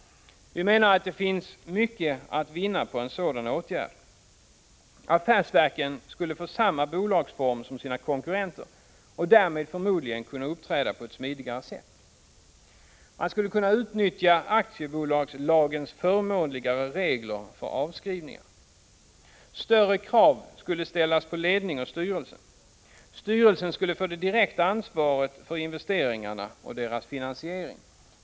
Vi menar att det finns mycket att vinna på en sådan åtgärd. - Affärsverken skulle få samma bolagsform som sina konkurrenter, och därmed förmodligen kunna uppträda på ett smidigare sätt. —- Man skulle kunna utnyttja aktiebolagslagens förmånligare regler för avskrivningar. —- Större krav skulle ställas på ledning och styrelse. Styrelsen skulle få det direkta ansvaret för investeringarna och deras finansiering.